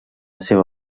seva